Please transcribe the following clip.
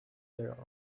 their